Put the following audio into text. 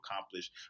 accomplish